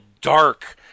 dark